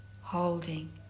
Holding